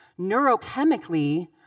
neurochemically